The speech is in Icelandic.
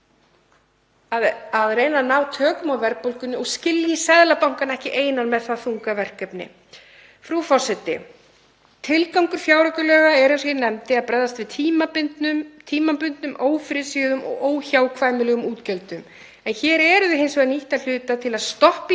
að reyna að ná tökum á verðbólgunni og skilji Seðlabankann ekki einan eftir með það þunga verkefni. Frú forseti. Tilgangur fjáraukalaga er, eins og ég nefndi, að bregðast við tímabundnum, ófyrirséðum og óhjákvæmilegum útgjöldum. Hér eru þau hins vegar nýtt að hluta til að stoppa